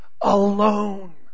alone